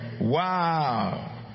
Wow